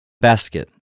Basket